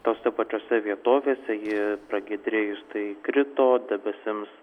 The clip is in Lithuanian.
tose pačiose vietovėse ji pragiedrėjus tai krito debesims